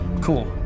cool